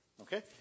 Okay